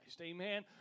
Amen